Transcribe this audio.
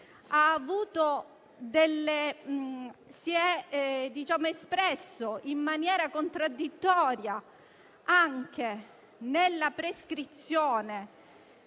si è espresso in maniera contraddittoria sulla prescrizione